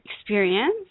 experience